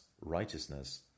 righteousness